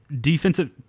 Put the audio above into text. defensive